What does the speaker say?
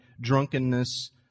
drunkenness